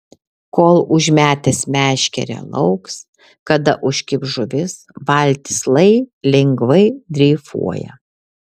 kol užmetęs meškerę lauks kada užkibs žuvis valtis lai lengvai dreifuoja